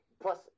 Plus